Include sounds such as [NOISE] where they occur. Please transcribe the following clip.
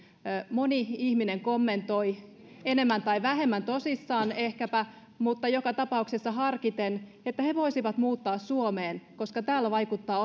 moni ihminen kommentoi ehkäpä enemmän tai vähemmän tosissaan mutta joka tapauksessa harkiten että he voisivat muuttaa suomeen koska täällä vaikuttaa [UNINTELLIGIBLE]